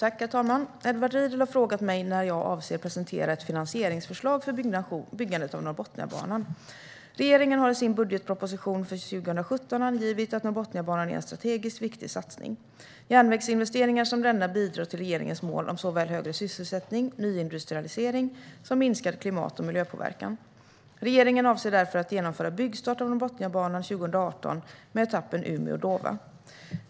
Herr talman! Edward Riedl har frågat mig när jag avser att presentera ett finansieringsförslag för byggandet av Norrbotniabanan. Regeringen har i sin budgetproposition för 2017 angivit att Norrbotniabanan är en strategiskt viktig satsning. Järnvägsinvesteringar som denna bidrar till regeringens mål om såväl högre sysselsättning som nyindustrialisering och minskad klimat och miljöpåverkan. Regeringen avser därför att genomföra byggstart av Norrbotniabanan 2018 med etappen Umeå-Dåva.